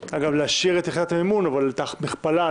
אולי להשאיר את יחידת המימון אבל את ההכפלה,